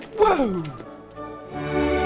Whoa